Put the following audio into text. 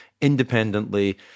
independently